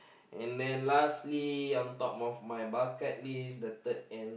and then lastly on top of my bucket list the third and